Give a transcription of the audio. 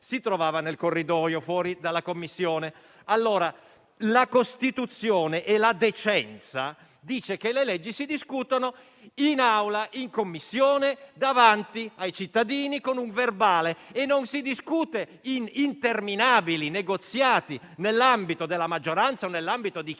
si trovava nel corridoio, fuori dall'aula della Commissione. La Costituzione e la decenza dicono che le leggi si discutono in Aula o in Commissione, davanti ai cittadini, con un verbale e non in interminabili negoziati nell'ambito della maggioranza o nell'ambito di chi